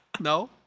No